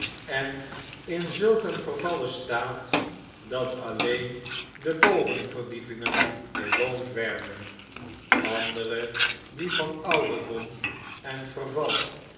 en in zulk een vervallen staat dat alleen de bovenverdiepingen bewoond werden andere die van ouderdom en verval